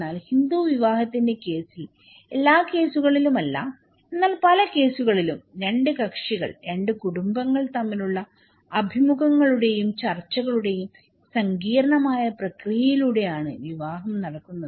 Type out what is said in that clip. എന്നാൽ ഹിന്ദു വിവാഹത്തിന്റെ കേസിൽ എല്ലാ കേസുകളിലും അല്ല എന്നാൽ പല കേസുകളിലും രണ്ട് കക്ഷികൾ രണ്ട് കുടുംബങ്ങൾ തമ്മിലുള്ള അഭിമുഖങ്ങളുടെയും ചർച്ചകളുടെയും സങ്കീർണ്ണമായ പ്രക്രിയയിലൂടെ ആണ് വിവാഹം നടക്കുന്നത്